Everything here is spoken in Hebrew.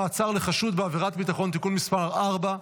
(חופשה מיוחדת לאסיר) (תיקון מס' 2),